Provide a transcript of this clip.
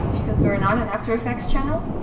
since we are not an after effects channel